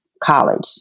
college